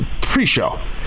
Pre-show